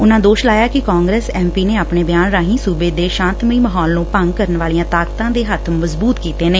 ਉਨੂਾ ਦੋਸ਼ ਲਾਇਆ ਕਿ ਕਾਂਗਰਸ ਐਮ ਪੀ ਨੇ ਆਪਣੇ ਬਿਆਨ ਰਾਹੀਂ ਸੁਬੇ ਦੇ ਸਾਂਤ ਮਈ ਮਾਹੌਲ ਨੂੰ ਭੰਗ ਕਰਨ ਵਾਲੀਆਂ ਤਾਕਤਾਂ ਦੇ ਹੱਥ ਮਜਬੁਤ ਕੀਤੇ ਨੇ